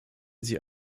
sie